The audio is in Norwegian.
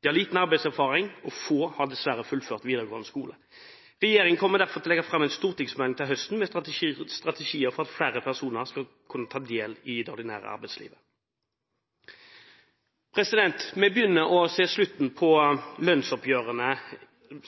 De har liten arbeidserfaring, og få har dessverre fullført videregående skole. Regjeringen kommer derfor til å legge fram en stortingsmelding til høsten med strategier for at flere personer skal kunne ta del i det ordinære arbeidslivet. Vi begynner å se slutten på lønnsoppgjørene